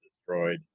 destroyed